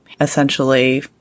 essentially